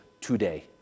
today